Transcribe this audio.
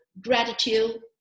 gratitude